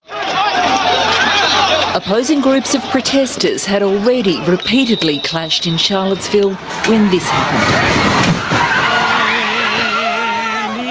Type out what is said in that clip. um opposing groups of protesters had already repeatedly clashed in charlottesville when this ah um